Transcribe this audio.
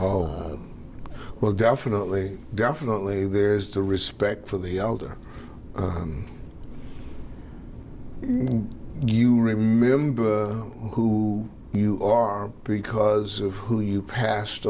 oh well definitely definitely there is the respect for the elder you remember who you are because of who you passed